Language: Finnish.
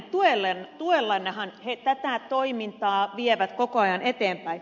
teidän tuellannehan he tätä toimintaa vievät koko ajan eteenpäin